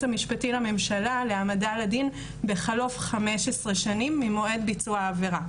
המשפטי לממשלה להעמדה לדין בחלוף 15 שנה ממועד ביצוע העבירה,